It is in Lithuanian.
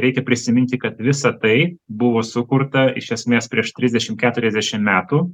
reikia prisiminti kad visa tai buvo sukurta iš esmės prieš trisdešim keturiasdešim metų